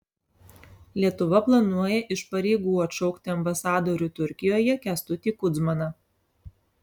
lietuva planuoja iš pareigų atšaukti ambasadorių turkijoje kęstutį kudzmaną